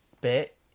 bit